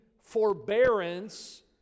forbearance